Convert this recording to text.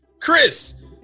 Chris